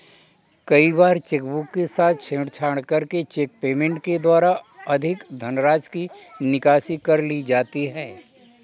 कई बार चेकबुक के साथ छेड़छाड़ करके चेक पेमेंट के द्वारा अधिक धनराशि की निकासी कर ली जाती है